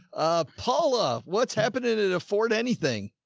ah, paula, what's happening in a ford? anything.